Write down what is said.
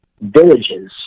villages